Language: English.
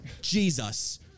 Jesus